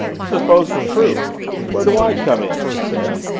suppose it's true where do i come in? he said.